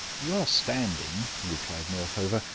you are standing, replied northover,